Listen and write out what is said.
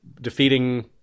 defeating